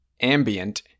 ambient